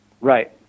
Right